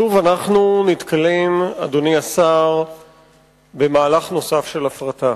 שוב אנחנו נתקלים במהלך נוסף של הפרטה.